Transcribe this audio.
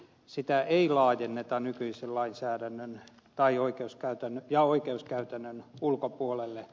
sitä ei laajenneta nykyisen lainsäädännön ja oikeuskäytännön ulkopuolelle